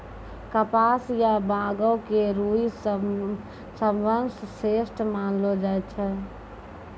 कपास या बांगो के रूई सबसं श्रेष्ठ मानलो जाय छै